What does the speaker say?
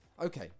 Okay